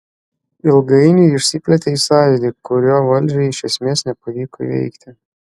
ilgainiui išsiplėtė į sąjūdį kurio valdžiai iš esmės nepavyko įveikti